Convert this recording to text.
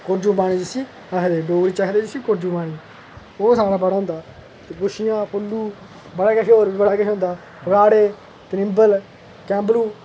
कोरजू पानी जिस्सी आखदे डोगरी च आखदे उस्सी कोरजू पानी ओह् साढ़ै बड़ा होंदा गुच्छियां फुल्लू बड़ा किश होर बी बड़ा किश होंदा राड़े त्रिम्बल कैम्बलू